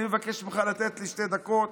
אני מבקש ממך לתת לי שתי דקות,